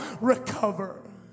recover